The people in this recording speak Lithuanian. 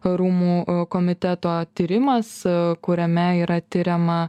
rūmų komiteto tyrimas kuriame yra tiriama